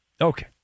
Okay